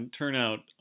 turnout